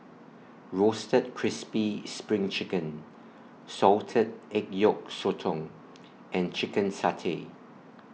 Roasted Crispy SPRING Chicken Salted Egg Yolk Sotong and Chicken Satay